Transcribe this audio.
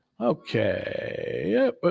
Okay